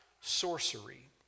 sorcery